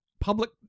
public